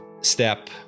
step